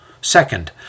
Second